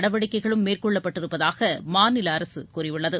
நடவடிக்கைகளும் மேற்கொள்ளப்பட்டிருப்பதாக மாநில அரசு கூறியுள்ளது